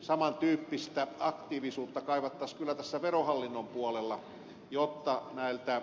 saman tyyppistä aktiivisuutta kaivattaisiin kyllä tässä verohallinnon puolella jotta näiltä